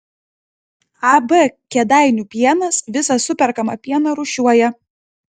ab kėdainių pienas visą superkamą pieną rūšiuoja